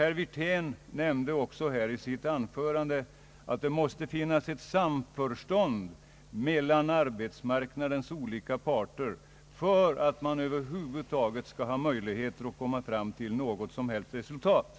Herr Wirtén nämnde också här i sitt anförande att det måste finnas ett samförstånd mellan arbetsmarknadens olika parter för att man över huvud taget skall ha möjlighet att komma fram till något som helst resultat.